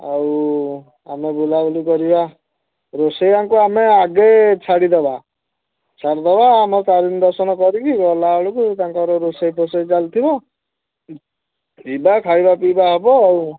ଆଉ ଆମେ ବୁଲାବୁଲି କରିବା ରୋଷେୟାଙ୍କୁ ଆମେ ଆଗେ ଛାଡ଼ିଦେବା ଛାଡ଼ିଦେବା ଆମ ତାରିଣୀ ଦର୍ଶନ କରିକି ଗଲା ବେଳକୁ ତାଙ୍କର ରୋଷେଇ ଫୋଷେଇ ଚାଲିଥିବ ଯିବା ଖାଇବା ପିଇବା ହେବ ଆଉ